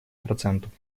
процентов